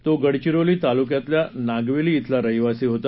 तो गडचिरोली तालुक्यातल्या नागवीी इथला रहिवासी होता